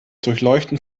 durchleuchten